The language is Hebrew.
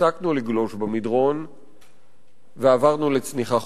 הפסקנו לגלוש במדרון ועברנו לצניחה חופשית.